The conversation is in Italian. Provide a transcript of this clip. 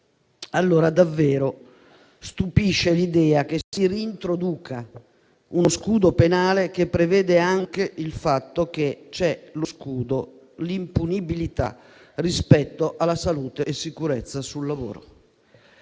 Allora, davvero stupisce l'idea che si reintroduca uno scudo penale che prevede anche lo scudo, l'impunibilità rispetto alla salute e alla sicurezza sul lavoro.